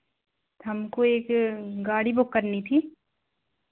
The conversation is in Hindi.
हमको एक गाड़ी बुक करनी थी